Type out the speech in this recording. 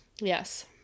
Yes